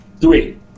three